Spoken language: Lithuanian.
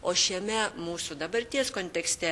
o šiame mūsų dabarties kontekste